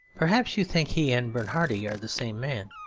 perhaps you think he and bernhardi are the same man.